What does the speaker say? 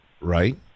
right